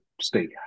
stay